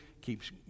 keeps